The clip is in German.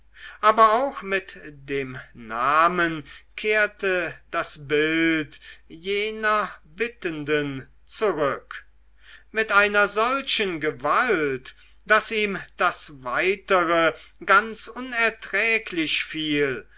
aber auch mit dem namen kehrte das bild jener bittenden zurück mit einer solchen gewalt daß ihm das weitere ganz unerträglich fiel